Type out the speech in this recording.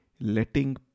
letting